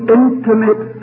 intimate